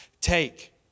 take